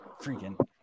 Freaking